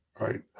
right